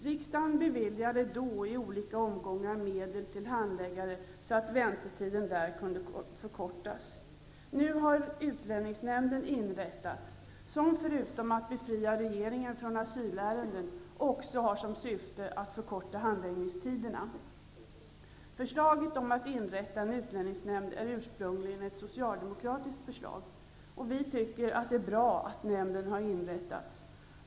Riksdagen beviljade då i olika omgångar medel till handläggare, så att väntetiden kunde förkortas. Nu har utlänningsnämnden inrättats, som förutom att befria regeringen från asylärenden också har som syfte att förkorta handläggningstiderna. Förslaget om att inrätta en utlänningsnämnd är ursprungligen ett socialdemokratiskt förslag. Vi tycker att det är bra att nämnden har inrättats.